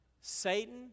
Satan